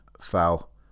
foul